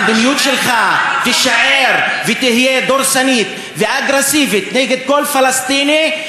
המדיניות שלך תישאר ותהיה דורסנית ואגרסיבית נגד כל פלסטיני,